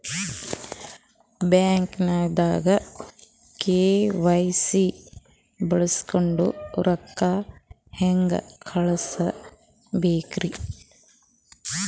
ಬ್ಯಾಂಕ್ದಾಗ ಕೆ.ವೈ.ಸಿ ಬಳಸ್ಕೊಂಡ್ ರೊಕ್ಕ ಹೆಂಗ್ ಕಳಸ್ ಬೇಕ್ರಿ?